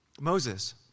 Moses